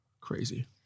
crazy